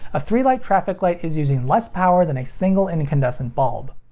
a three-light traffic light is using less power than a single incandescent bulb.